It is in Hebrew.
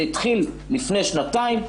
זה התחיל לפני שנתיים,